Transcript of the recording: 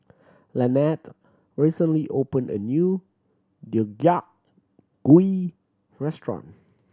Lanette recently opened a new Deodeok Gui restaurant